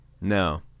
No